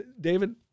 David